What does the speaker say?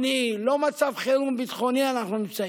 חירום ביטחוני אנחנו נמצאים,